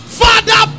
father